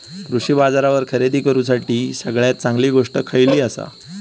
कृषी बाजारावर खरेदी करूसाठी सगळ्यात चांगली गोष्ट खैयली आसा?